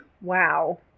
Wow